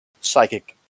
psychic